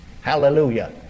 hallelujah